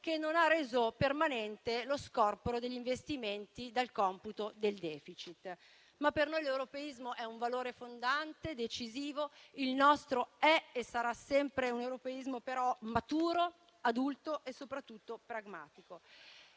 che non hanno reso permanente lo scorporo degli investimenti dal computo del *deficit*. Per noi, però, l'europeismo è un valore fondante, decisivo; il nostro è e sarà sempre un europeismo maturo, adulto e soprattutto pragmatico.